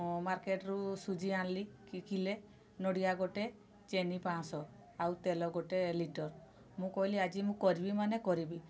ମାର୍କେଟରୁ ସୁଜି ଆଣିଲି କିଲେ ନଡ଼ିଆ ଗୋଟେ ଚିନି ପାଞ୍ଚଶହ ଆଉ ତେଲ ଗୋଟେ ଲିଟର ମୁଁ କହିଲି ଆଜି ମୁଁ କରିବି ମାନେ କରିବି